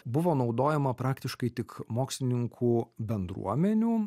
buvo naudojama praktiškai tik mokslininkų bendruomenių